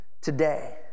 today